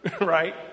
right